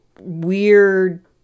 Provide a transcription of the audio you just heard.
weird